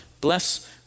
bless